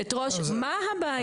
מה הבעיה,